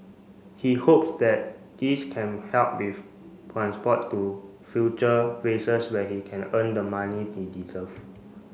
he hopes that this can help with transport to future races where he can earn the money he deserve